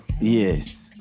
Yes